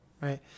Right